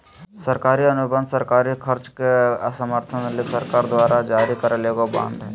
सरकारी अनुबंध सरकारी खर्च के समर्थन ले सरकार द्वारा जारी करल एगो बांड हय